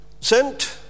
sent